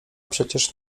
przecież